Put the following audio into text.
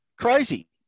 Crazy